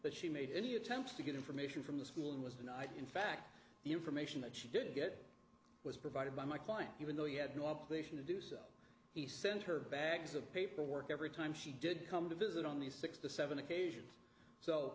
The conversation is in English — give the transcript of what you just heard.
that she made any attempts to get information from the school and was denied in fact the information that she did get was provided by my client even though he had no obligation to do so he sent her bags of paperwork every time she did come to visit on the six to seven occasions so